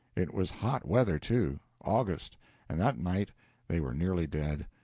it was hot weather, too august and that night they were nearly dead.